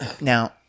Now –